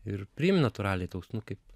ir priimti natūraliai toks kaip